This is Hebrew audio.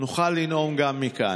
נוכל לנאום גם מכאן.